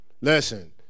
Listen